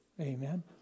Amen